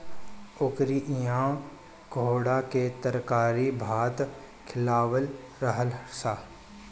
ओकरी इहा कोहड़ा के तरकारी भात खिअवले रहलअ सअ